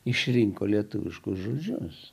išrinko lietuviškus žodžius